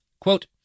quote